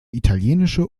italienische